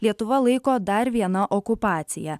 lietuva laiko dar viena okupacija